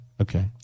Okay